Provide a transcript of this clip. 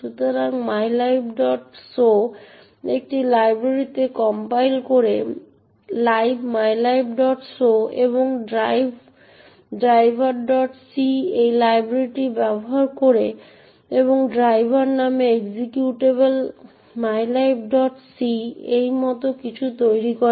সুতরাং mylibso একটি লাইব্রেরিতে কম্পাইল করে libmylibso এবং driverc এই লাইব্রেরিটি ব্যবহার করে এবং ড্রাইভার নামে এক্সিকিউটেবল mylibc এই মত কিছু তৈরি করে